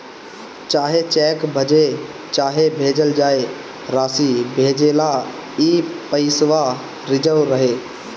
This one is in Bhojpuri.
चाहे चेक भजे चाहे भेजल जाए, रासी भेजेला ई पइसवा रिजव रहे